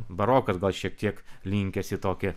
barokas gal šiek tiek linkęs į tokią